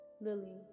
Lily